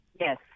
Yes